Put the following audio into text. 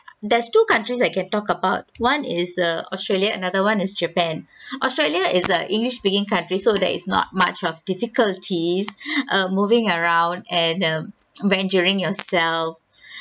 there's two countries I can talk about one is err australia another one is japan australia is a english speaking country so there is not much of difficulties err moving around and um venturing yourself